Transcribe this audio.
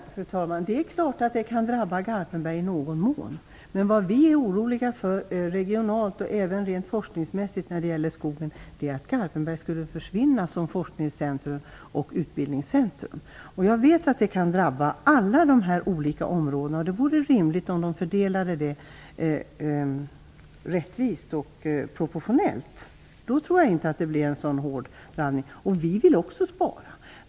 Fru talman! Det är klart att det kan drabba Garpenberg i någon mån. Vad vi är oroliga för regionalt och även rent forskningsmässigt är att Garpenberg skulle försvinna som forskningscentrum och utbildningscentrum. Jag vet att det kan drabba alla dessa olika områden. Det vore rimligt att fördela besparingen rättvist och proportionellt. Då tror jag inte att Garpenberg drabbas så hårt. Vi vill också spara.